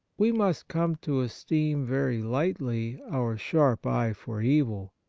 we must come to esteem very lightly our sharp eye for evil,